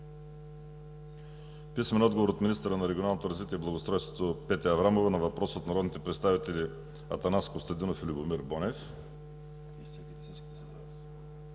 Любомир Бонев; - министъра на регионалното развитие и благоустройството Петя Аврамова на въпрос от народните представители Атанас Костадинов и Любомир Бонев;